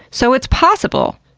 so, it's possible,